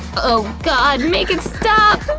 oh god, make it stop!